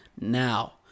now